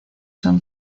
son